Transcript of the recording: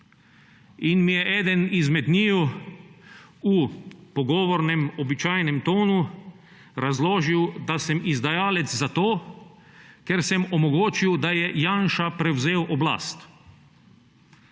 In mi je eden izmed njiju v pogovornem, običajnem tonu razložil, da sem izdajalec zato, ker sem omogočil, da je Janša prevzel oblast.